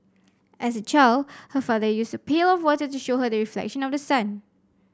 as a child her father used a pail of water to show her the reflection of the sun